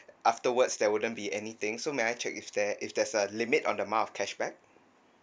afterwards there wouldn't be anything so may I check if there if there's a limit on the amount of cashback